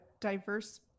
diverse